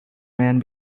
man